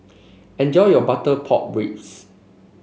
enjoy your Butter Pork Ribs